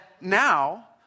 now